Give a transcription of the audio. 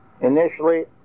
initially